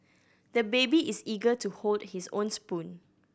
the baby is eager to hold his own spoon